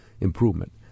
improvement